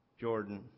Jordan